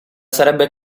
sarebbe